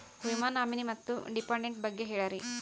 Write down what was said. ವಿಮಾ ನಾಮಿನಿ ಮತ್ತು ಡಿಪೆಂಡಂಟ ಬಗ್ಗೆ ಹೇಳರಿ?